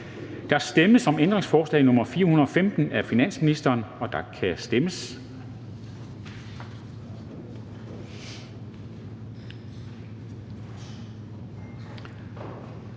Der stemmes om ændringsforslag nr. 415 af finansministeren, og der kan stemmes.